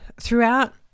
throughout